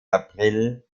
april